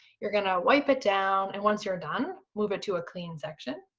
you're gonna wipe it down and once you're done, move it to a clean section.